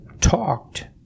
talked